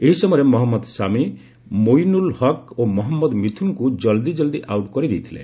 ଏହି ସମୟରେ ମହମ୍ମଦ ସାଜ୍ଞ ମୋଇନୁଲ ହକ୍ ଓ ମହମ୍ମଦ ମିଥୁନଙ୍କୁ କଲ୍ଦି କଲ୍ଦି ଆଉଦ୍ କରିଦେଇଥିଲେ